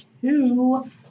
two